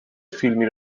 فیلمی